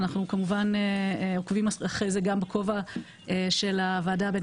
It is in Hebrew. אנחנו עוקבים אחרי זה גם בכובע של הוועדה הבין